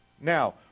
Now